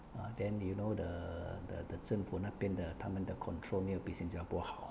ah then you know the the the 政府那边的他们的 control 没有比新加坡好